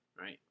Right